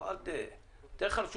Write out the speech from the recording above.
ניהול,